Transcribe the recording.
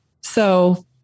So-